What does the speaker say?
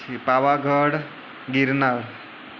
પછી પાવાગઢ ગિરનાર